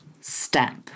step